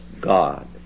God